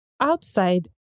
outside